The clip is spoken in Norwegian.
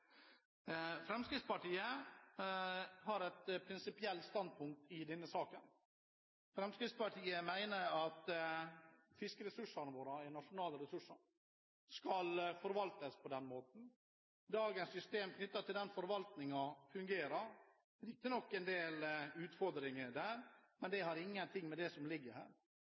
Fremskrittspartiet har et prinsipielt standpunkt i denne saken. Fremskrittspartiet mener at fiskeressursene våre er nasjonale ressurser og skal forvaltes på den måten. Dagens system når det gjelder den forvaltningen, fungerer, riktignok med en del utfordringer, men det har ingenting med